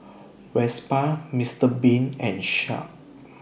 Vespa Mister Bean and Sharp